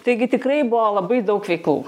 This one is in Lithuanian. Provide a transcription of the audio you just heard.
taigi tikrai buvo labai daug veiklų